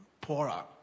poorer